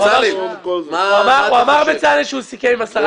בצלאל אמר שהוא סיכם עם השרה.